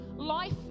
Life